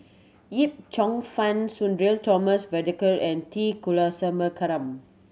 Yip Cheong Fun Sudhir Thomas Vadaketh and T Kulasekaram